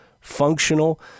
functional